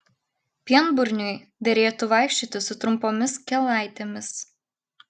pienburniui derėtų vaikščioti su trumpomis kelnaitėmis